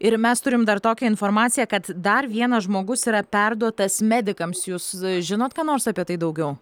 ir mes turim dar tokią informaciją kad dar vienas žmogus yra perduotas medikams jūs žinot ką nors apie tai daugiau